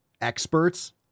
experts